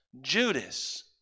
Judas